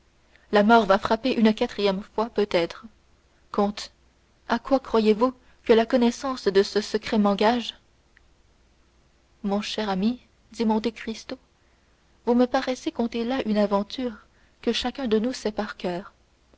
la mort va frapper une quatrième fois peut-être comte à quoi croyez-vous que la connaissance de ce secret m'engage mon cher ami dit monte cristo vous me paraissez conter là une aventure que chacun de nous sait par coeur